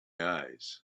eyes